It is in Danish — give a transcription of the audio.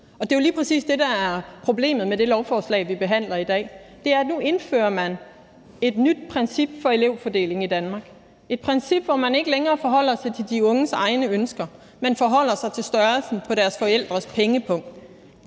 Og det er jo lige præcis det, der er problemet med det lovforslag, vi behandler i dag, for nu indfører man et nyt princip for elevfordeling i Danmark, et princip, hvor man ikke længere forholder sig til de unges egne ønsker, men forholder sig til størrelsen på deres forældres pengepung